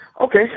Okay